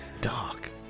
dark